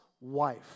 wife